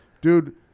dude